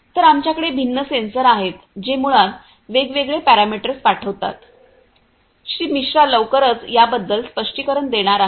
तर आमच्याकडे भिन्न सेन्सर आहेत जे मुळात वेगवेगळे पॅरामीटर्स पाठवतात श्री मिश्रा लवकरच याबद्दल स्पष्टीकरण देणार आहेत